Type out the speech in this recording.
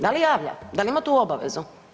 Da li javlja, da li ima tu obavezu?